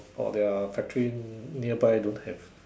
or their factory nearby don't have